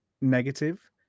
negative